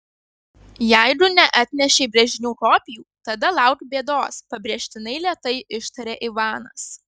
jeigu neatnešei brėžinių kopijų tada lauk bėdos pabrėžtinai lėtai ištarė ivanas